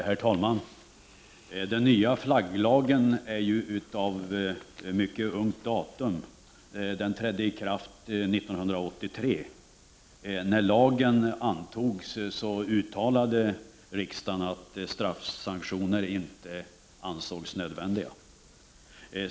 Herr talman! Den nya flagglagen är av mycket ungt datum. Den trädde i kraft 1983. När lagen antogs uttalade riksdagen att den inte ansåg straffsanktioner nödvändiga.